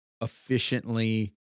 efficiently